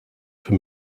for